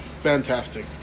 fantastic